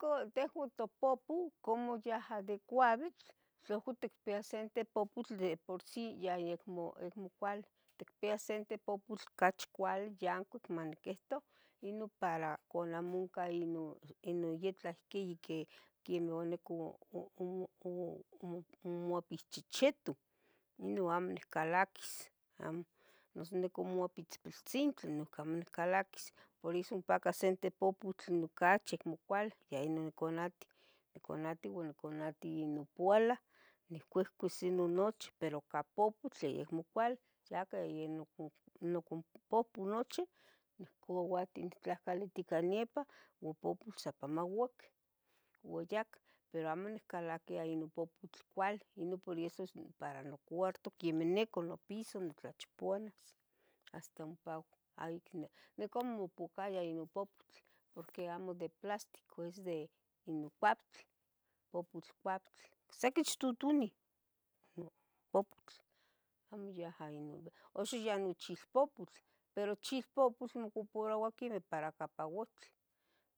Cu tehuan topopoh como yaha de coabitl, tlahco ticpiah sente topopotl de por si ya yeh acmo cuali, ticpia sente popotl ocachi cuali, yancuic maniquihto, ino para canamoncan ino, ino yetlah itla ihqui que que onicou o omo omo aquis chichitu, ino amo nihcalaquis, amo, noso nos nican moaquis piltzintli noiqui amo nicalaquis, por eso ompaca ocsente popotl ocachi acmo cuali, yeh ino in canatiu uan incanatiu no poualah nihcuicuis ino nochi pero ica popotl tlen acmo cuali, yaca nnoc yonoconpohpo nochi niccauati tlahcalitic ica niepa impopotl sa ompa mauaqui ua yacah, pero amo nihcalaquia ino popotl cuali, ino por eso para nocuarto, quemeh nicu nopiso nitlachipuanas, hasta ompa ayic nica nimopocaya ino popotl porque amo de plástico se de ino pabitl, poptl pabitl, sequichtutuni non popotl, amo yaha ino, uxa yey ino chilpopotl, pero chilpopotl mocuparoua quemeh para cacahuatl,